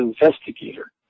investigator